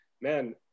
man